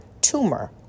tumor